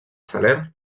salern